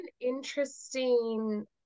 interesting